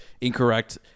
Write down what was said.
incorrect